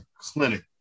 clinic